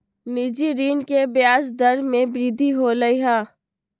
निजी ऋण के ब्याज दर में वृद्धि होलय है